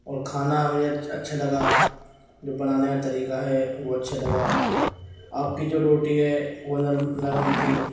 اور کھانا مجھے اچھا لگا جو بنانے کا طریقہ ہے وہ اچھا لگا آپ کی جو روٹی ہے وہ نرم نرم تھی